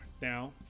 now